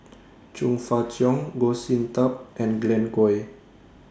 Chong Fah Cheong Goh Sin Tub and Glen Goei